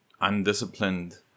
undisciplined